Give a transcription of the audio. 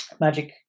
magic